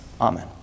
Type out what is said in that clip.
Amen